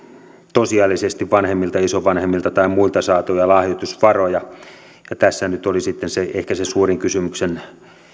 tosiasiallisesti vanhemmilta isovanhemmilta tai muilta saatuja lahjoitusvaroja tässä nyt oli sitten ehkä se suurin